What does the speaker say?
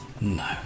no